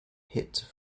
hit